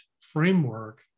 framework